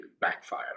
backfire